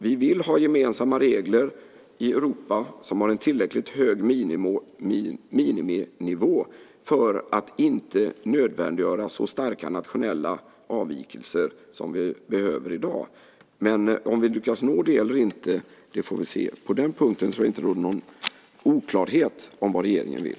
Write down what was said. Vi vill ha gemensamma regler i Europa som har en tillräckligt hög miniminivå för att inte nödvändiggöra så starka nationella avvikelser som vi behöver i dag. Men vi får se om vi lyckas nå det eller inte. På den punkten tror jag inte att det råder någon oklarhet om vad regeringen vill.